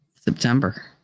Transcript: september